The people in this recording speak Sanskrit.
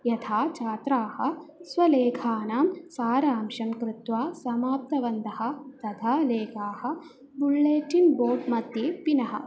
यथा छात्राः स्वलेखानां सारांशं कृत्वा समापितवन्तः तथा लेखाः बुळ्ळेटिन् बोर्ड् मध्ये पीनः